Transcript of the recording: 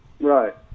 Right